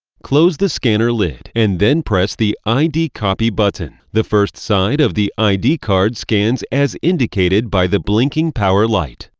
close the scanner lid, and then press the id copy button. the first side of the id card scans as indicated by the blinking power light.